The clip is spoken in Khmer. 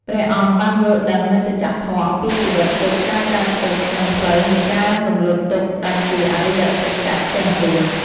ព្រះអង្គបានយល់ដឹងនូវសច្ចធម៌អំពីជីវិត ទុក្ខ ការកើតទុក្ខ និងផ្លូវនៃការរំលត់ទុក្ខ ដែលជា អរិយសច្ចៈទាំង៤។